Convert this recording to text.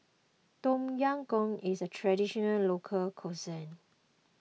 Tom Yam Goong is a Traditional Local Cuisine